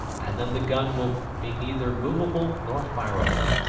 and then the gun will be neither movable nor fireable.